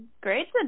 Great